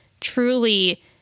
truly